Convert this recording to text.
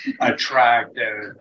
attractive